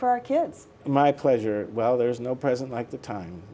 for our kids my pleasure well there's no present like the time